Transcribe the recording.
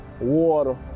water